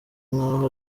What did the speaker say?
nkaho